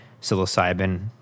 psilocybin